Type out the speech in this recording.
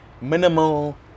minimal